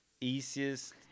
easiest